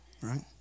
Right